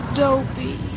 dopey